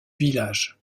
village